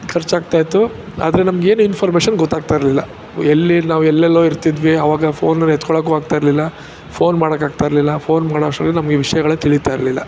ಖರ್ಚಾಗ್ತಾಯಿತ್ತು ಆದರೆ ನಮಗೆ ಏನು ಇನ್ಫಾರ್ಮೇಶನ್ ಗೊತ್ತಾಗ್ತಾಯಿರಲಿಲ್ಲ ಎಲ್ಲಿ ನಾವೆಲ್ಲೆಲ್ಲೋ ಇರ್ತಿದ್ವಿ ಆವಾಗ ಫೋನನ್ನು ಎತ್ಕೊಳ್ಳೋಕ್ಕೂ ಆಗ್ತಾಯಿರಲಿಲ್ಲ ಫೋನ್ ಮಾಡೋಕ್ಕಾಗ್ತಾಯಿರ್ಲಿಲ್ಲ ಫೋನ್ ಮಾಡೋವಷ್ಟರಲ್ಲಿ ನಮಗೆ ವಿಷಯಗಳೇ ತಿಳಿತಾಯಿರಲಿಲ್ಲ